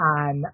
on